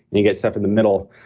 and you get stuffed in the middle.